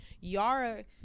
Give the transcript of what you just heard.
yara